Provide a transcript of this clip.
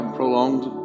prolonged